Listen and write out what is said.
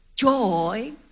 Joy